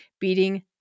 beating